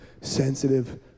sensitive